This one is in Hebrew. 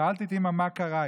שאלתי את אימא מה קרה.